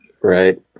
Right